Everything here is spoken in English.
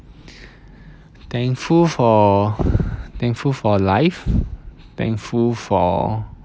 thankful for thankful for life thankful for